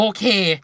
Okay